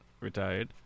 retired